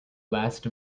last